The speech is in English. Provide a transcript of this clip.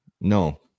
No